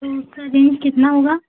तो उसका रेंज कितना होगा